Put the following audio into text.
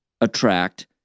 attract